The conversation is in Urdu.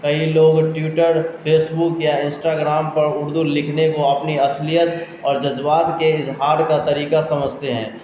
کئی لوگ ٹویٹر فیسبک یا انسٹاگرام پر اردو لکھنے کو اپنی اصلیت اور جذبات کے اظہار کا طریقہ سمجھتے ہیں